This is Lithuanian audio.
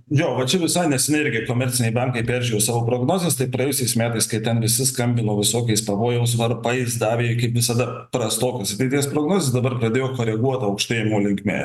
jo va čia visai neseniai irgi komerciniai bankai peržiūrėjo savo prognozes tai praėjusiais metais kai ten visi skambino visokiais pavojaus varpais davė kaip visada prastokas ateities prognozes dabar pradėjo koreguot aukštėjimo linkme